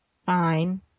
Fine